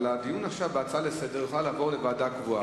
אבל הדיון עכשיו בהצעה לסדר-היום יכול לעבור לוועדה קבועה,